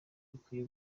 bikwiye